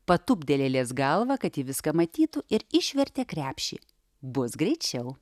patupdė lėlės galvą kad ji viską matytų ir išvertė krepšį bus greičiau